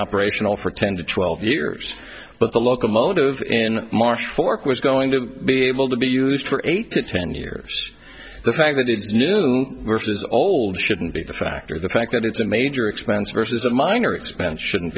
operational for ten to twelve years but the locomotive in marsh fork was going to be able to be used for eight to ten years the fact that it's new versus old shouldn't be a factor the fact that it's a major expense versus a minor expense shouldn't